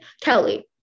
Kelly